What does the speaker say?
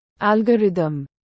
algorithm